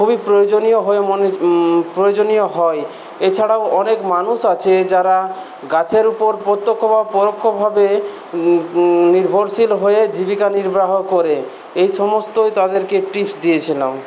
খুবই প্রয়োজনীয় হয় প্রয়োজনীয় হয় এছাড়াও অনেক মানুষ আছে যারা গাছের উপর প্রত্যক্ষ বা পরোক্ষভাবে নির্ভরশীল হয়ে জীবিকা নির্বাহ করে এই সমস্তই তাদেরকে টিপস দিয়েছিলাম